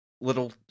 little